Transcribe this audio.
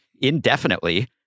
indefinitely